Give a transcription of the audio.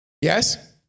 Yes